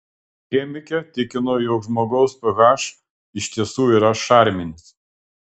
chemikė tikino jog žmogaus ph iš tiesų yra šarminis